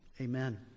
amen